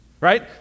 right